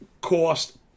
cost